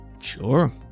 Sure